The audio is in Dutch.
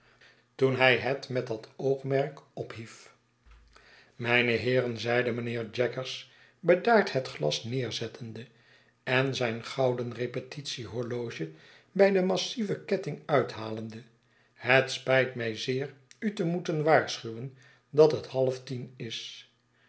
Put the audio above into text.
toen hij het met dat oogmerk ophief mijne heeren zeide mijnheer jaggers bedaard het glas neerzettende en zijn gouden repetitie horloge bij den massieven ketting uithalende het spijt mij zeer u te moeten waarschuwen dat het half tien is